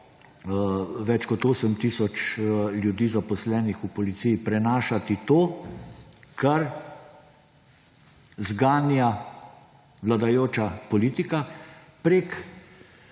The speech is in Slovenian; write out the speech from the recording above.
več kot osem tisoč ljudi, zaposlenih v policiji, prenašati to, kar zganja vladajoča politika preko